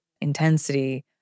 intensity